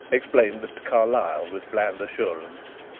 explained mr. carlyle, with bland assurance.